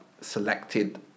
selected